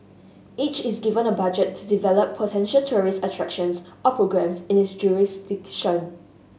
each is given a budget to develop potential tourist attractions or programmes in its jurisdiction